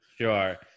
Sure